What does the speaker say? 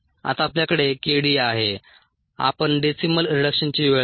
आता आपल्याकडे k d आहे आपण डेसिमल रिडक्शनची वेळ 2